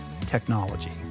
technology